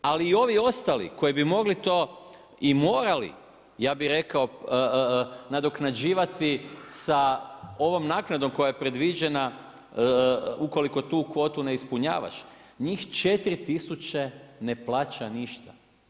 Ali i ovi ostali koji bi mogli to i morali, ja bi rekao, nadoknađivati sa ovom naknadom koja je predviđena ukoliko tu kvotu ne ispunjavaš, njih 4000 ne plaća ništa.